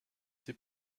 ses